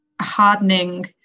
hardening